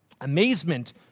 Amazement